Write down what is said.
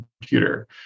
computer